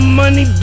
money